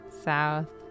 south